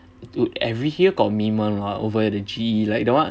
dude every year got meme [one] [what] over the G_E like the one